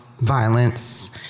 violence